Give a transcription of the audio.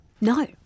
No